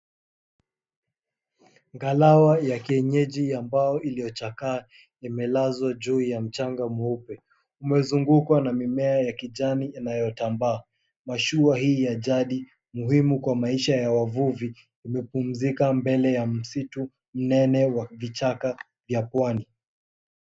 Ngalawa ya kienyeji ya mbao iliyochakaa, imelazwa juu ya mchanga mweupe, imezungukwa na mimea ya kijani inayotambaa. Mashua hii ya jadi, muhimu kwa maisha ya wavuvi, imepumzika mbele ya msitu mnene wa vichaka vya pwani.